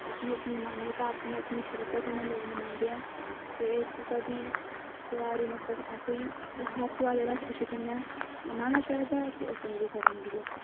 अपनी अपनी मान्यता ते अपनी अपनी शरधा कन्नै लोक मनांदे ऐ ते कुसै दी हर ध्यार जेह्ड़ा खुशी कन्नै मनाना चाहिदा ऐ ते ओह् चंगी गल्ल होंदी ऐ